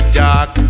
dark